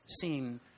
seen